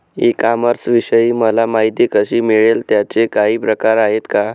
E कॉमर्सविषयी मला माहिती कशी मिळेल? त्याचे काही प्रकार आहेत का?